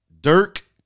Dirk